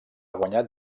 guanyat